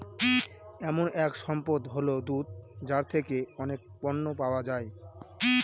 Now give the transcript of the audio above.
এমন এক সম্পদ হল দুধ যার থেকে অনেক পণ্য পাওয়া যায়